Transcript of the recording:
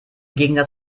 gegensatz